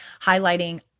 Highlighting